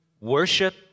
Worship